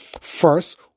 first